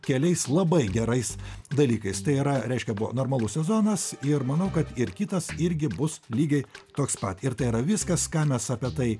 keliais labai gerais dalykais tai yra reiškia buvo normalus sezonas ir manau kad ir kitas irgi bus lygiai toks pat ir tai yra viskas ką mes apie tai